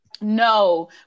No